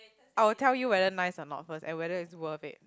I will tell you whether nice or not first and whether is worth it